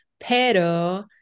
pero